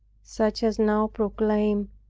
such as now proclaim,